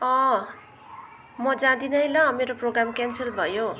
अँ म जाँदिन है ल मेरो प्रोगाम क्यान्सल भयो